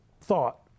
Thought